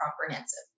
comprehensive